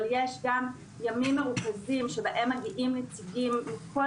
אבל יש גם ימים מרוכזים שבהם מביאים נציגים מכל